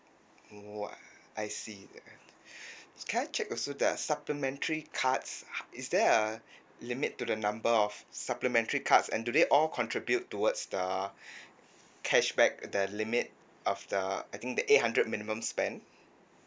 oh !wah! I see can I check also the supplementary cards is there a limit to the number of supplementary cards and do they all contribute towards the cashback the limit of the I think the eight hundred minimum spend